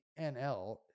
NL